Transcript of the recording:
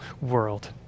world